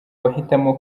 bahitamo